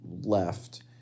left